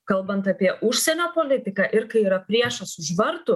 kalbant apie užsienio politiką ir kai yra priešas už vartų